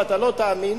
ואתה לא תאמין.